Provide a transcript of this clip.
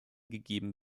gegeben